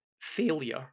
failure